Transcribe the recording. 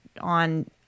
on